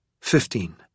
Fifteen